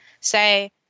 Say